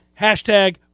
hashtag